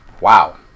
Wow